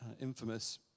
infamous